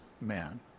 man